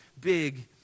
big